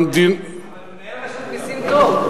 אבל מנהל רשות מסים טוב.